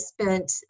spent